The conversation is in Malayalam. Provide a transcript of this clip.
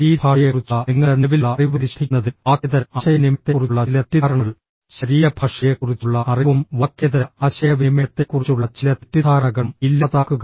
ശരീരഭാഷയെക്കുറിച്ചുള്ള നിങ്ങളുടെ നിലവിലുള്ള അറിവ് പരിശോധിക്കുന്നതിനും വാക്കേതര ആശയവിനിമയത്തെക്കുറിച്ചുള്ള ചില തെറ്റിദ്ധാരണകൾ ശരീരഭാഷയെക്കുറിച്ചുള്ള അറിവും വാക്കേതര ആശയവിനിമയത്തെക്കുറിച്ചുള്ള ചില തെറ്റിദ്ധാരണകളും ഇല്ലാതാക്കുക